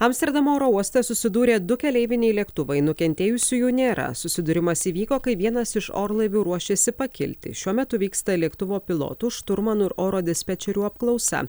amsterdamo oro uoste susidūrė du keleiviniai lėktuvai nukentėjusiųjų nėra susidūrimas įvyko kai vienas iš orlaivių ruošėsi pakilti šiuo metu vyksta lėktuvo pilotų šturmanų ir oro dispečerių apklausa